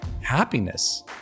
happiness